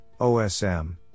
OSM